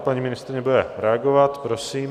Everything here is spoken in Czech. Paní ministryně bude reagovat, prosím.